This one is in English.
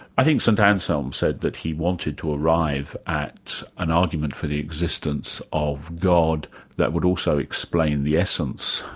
i think st anselm said that he wanted to arrive at an argument for the existence of god that would also explain the essence,